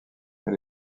elle